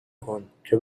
کن، که